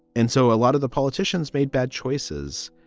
and so a lot of the politicians made bad choices,